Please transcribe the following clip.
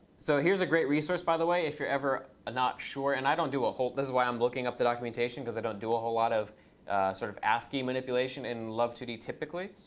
so here's a great resource by the way if you're ever not sure. and i don't do a whole this is why i'm looking up the documentation, because i don't do a whole lot of sort of ascii manipulation in love two d typically.